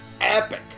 epic